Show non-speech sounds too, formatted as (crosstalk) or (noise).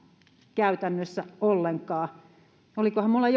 käytännössä ollenkaan olikohan minulla (unintelligible)